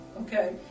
okay